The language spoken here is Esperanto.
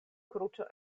kruĉo